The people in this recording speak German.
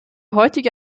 heutige